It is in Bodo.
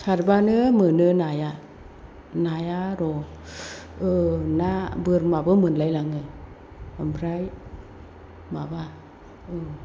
सारब्लानो मोनो नाया नाया र' ना बोरमाबो मोनलायलाङो ओमफ्राय माबा